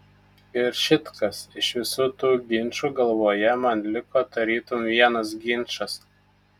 ir šit kas iš visų tų ginčų galvoje man liko tarytum vienas ginčas